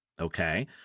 Okay